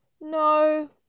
No